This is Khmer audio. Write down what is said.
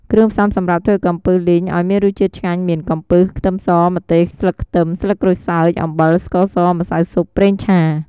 គ្រឿងផ្សំំសម្រាប់ធ្វើកំពឹសលីងឱ្យមានរសជាតិឆ្ងាញ់មាន កំពឹស ខ្ទឹមស ម្ទេស ស្លឹកខ្ទឹម ស្លឹកក្រូចសើច អំបិល ស្ករស ម្សៅស៊ុប ប្រេងឆា។